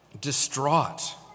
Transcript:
distraught